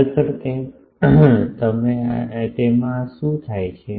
ખરેખર તમે આ શું થાય છે